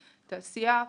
תעשייה,